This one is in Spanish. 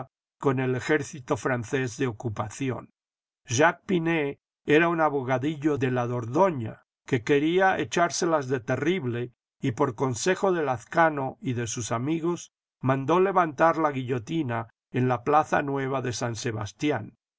con el ejército francés de ocupación jacques pinet era un abogadillo de la dordogne que quería echárselas de terrible y por consejo de lazcano y de sus amigos mandó levantar la guillotina en la plaza nueva de san sebastián